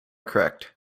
correct